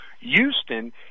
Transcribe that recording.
Houston